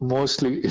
Mostly